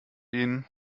ihn